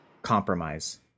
compromise